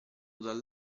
dal